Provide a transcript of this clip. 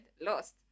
lost